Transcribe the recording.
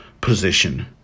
position